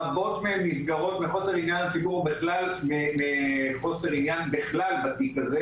רבות מהן נסגרות מחוסר עניין לציבור מחוסר עניין בכלל בתיק הזה.